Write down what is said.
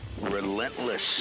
Relentless